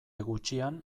gutxian